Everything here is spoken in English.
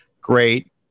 great